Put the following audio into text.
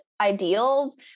ideals